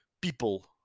people